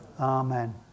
Amen